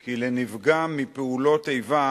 כי לנפגע מפעולות איבה